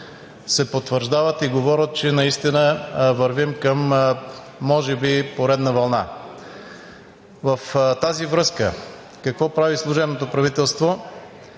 се потвърждават и говорят, че наистина вървим към може би поредна вълна. В тази връзка какво прави служебното правителство?